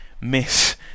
miss